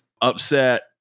upset